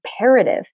imperative